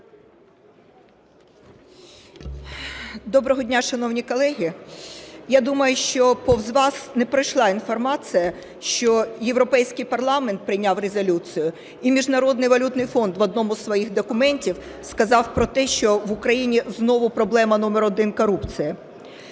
Доброго дня, шановні колеги! Я думаю, що повз вас не пройшла інформація, що Європейський парламент прийняв резолюцію і Міжнародний валютний фонд в одному зі своїх документів сказав про те, що в Україні знову проблема номер один – корупція.